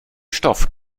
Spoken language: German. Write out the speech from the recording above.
stoff